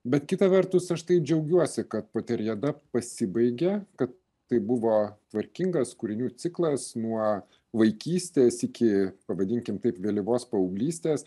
bet kita vertus aš taip džiaugiuosi kad poteriada pasibaigė kad tai buvo tvarkingas kūrinių ciklas nuo vaikystės iki pavadinkim taip vėlyvos paauglystės